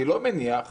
ואני לא מניח שכן,